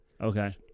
Okay